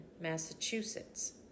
Massachusetts